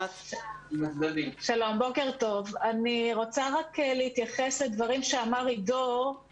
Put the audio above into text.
אני מאמין שכך יהיה גם השנה.